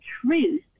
truth